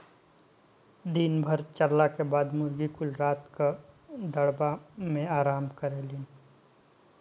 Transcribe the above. दिन भर चरला के बाद मुर्गी कुल रात क दड़बा मेन आराम करेलिन